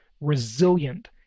resilient